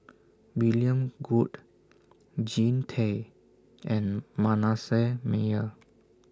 William Goode Jean Tay and Manasseh Meyer